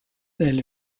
elle